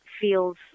feels